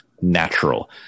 natural